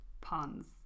puns